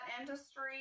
industry